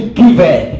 given